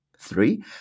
three